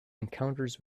encounters